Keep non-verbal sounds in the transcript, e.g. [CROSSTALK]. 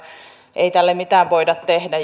ei tälle mitään voida tehdä [UNINTELLIGIBLE]